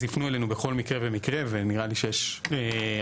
אז יפנו אלינו בכל מקרה ומקרה ונראה לי שיש הצעה